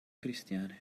cristiane